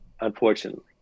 unfortunately